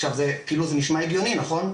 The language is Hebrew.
עכשיו זה נשמע הגיוני נכון?